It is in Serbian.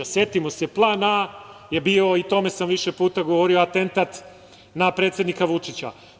Setimo se, plan A je bio, o tome sam više puta govorio, atentat na predsednika Vučića.